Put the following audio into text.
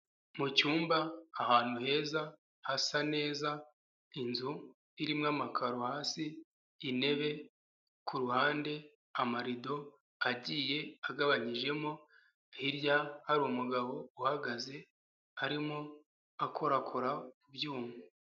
Mu cyumba ahantu heza hasa neza, inzu irimo amakaro hasi, intebe ku ruhande, amarido agiye agabanyijemo, hirya hari umugabo uhagaze arimo akorakora ku byuma.